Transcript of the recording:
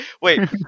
Wait